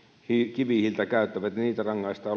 kivihiiltä käyttävät ja niitä rangaistaan